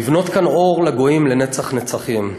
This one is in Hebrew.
לבנות כאן אור לגויים לנצח נצחים.